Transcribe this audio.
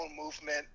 movement